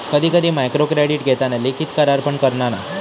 कधी कधी मायक्रोक्रेडीट घेताना लिखित करार पण करना नाय